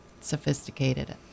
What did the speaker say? sophisticated